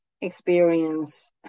experience